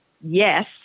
Yes